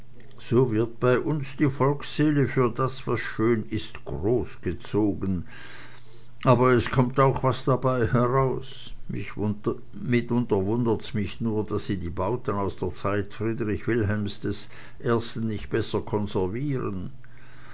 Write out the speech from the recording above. so wird bei uns die volksseele für das was schön ist großgezogen aber es kommt auch was dabei heraus mitunter wundert's mich nur daß sie die bauten aus der zeit friedrich wilhelms i nicht besser konservieren